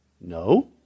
No